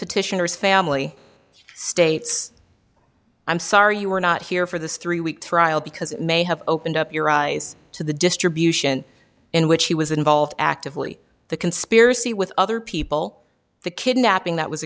petitioners family states i'm sorry you were not here for this three week trial because it may have opened up your eyes to the distribution in which he was involved actively the conspiracy with other people the kidnapping that was